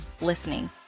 listening